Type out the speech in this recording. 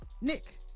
nick